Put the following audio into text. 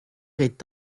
est